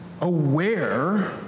aware